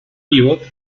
pívot